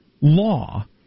law